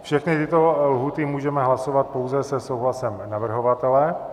Všechny tyto lhůty můžeme hlasovat pouze se souhlasem navrhovatele.